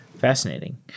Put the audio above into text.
Fascinating